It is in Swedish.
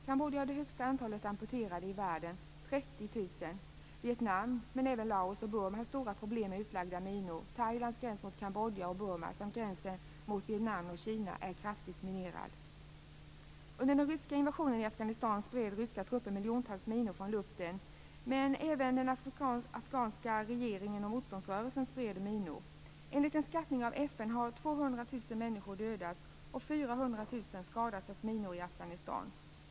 Kambodja har det högsta antalet amputerade i världen, 30 000. Vietnam men även Laos och Burma har stora problem med utlagda minor. Thailands gräns mot Kambodja och Burma samt gränsen mot Vietnam och Kina är kraftigt minerade. Under den ryska invasionen i Afghanistan spred ryska trupper miljontals minor från luften. Men även den afghanska regeringen och motståndsrörelsen spred minor. Enligt en skattning av FN har 200 000 Afghanistan.